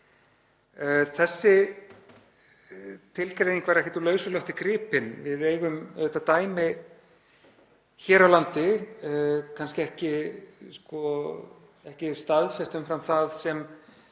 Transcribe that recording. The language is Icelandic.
Þessi tilgreining var ekkert úr lausu lofti gripin. Við höfum auðvitað dæmi þess hér á landi, kannski ekki staðfest umfram það sem